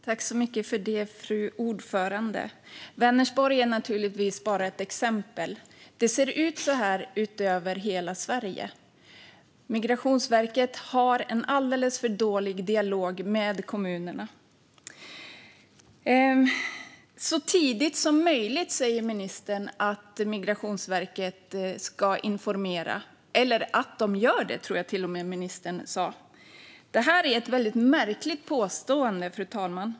Fru talman! Vänersborg är naturligtvis bara ett exempel. Det ser så ut i hela Sverige. Migrationsverket har en alldeles för dålig dialog med kommunerna. Ministern säger att Migrationsverket ska informera så tidigt som möjligt. Jag tror att ministern till och med sa att de gör så. Det är ett mycket märkligt påstående.